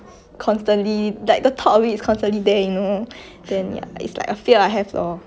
constantly like the thought of it is constantly there you know then ya it's like a fear I have lor